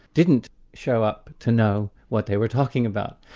didn't show up to know what they were talking about.